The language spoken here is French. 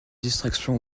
distraction